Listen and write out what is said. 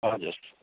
हजुर